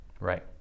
Right